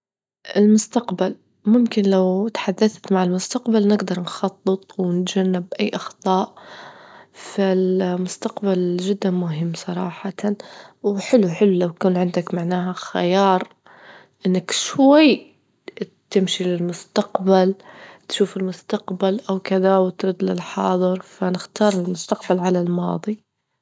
المستقبل، ممكن لو تحدثت مع المستقبل نجدر نخطط ونتجنب أي أخطاء، فالمستقبل جدا مهم صراحة، وحلو حلو لو يكون عندك معناها خيار إنك شوي تمشي للمستقبل، تشوف المستقبل أو كذا وترد للحاضر، فنختار المستقبل على الماضي.